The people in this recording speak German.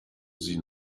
sie